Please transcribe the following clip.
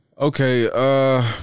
Okay